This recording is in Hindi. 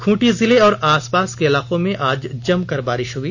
खूंटी जिले और आसपास के इलाकों में आज जमकर बारिश हुई